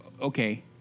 Okay